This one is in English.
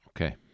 okay